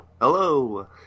Hello